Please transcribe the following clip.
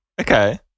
okay